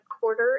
quarter